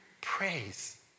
praise